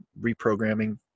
reprogramming